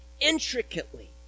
intricately